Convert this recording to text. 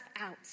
out